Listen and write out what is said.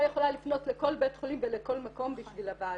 יכולה לפנות לכל בית חולים ולכל מקום בשביל הוועדה.